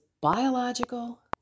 biological